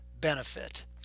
benefit